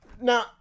Now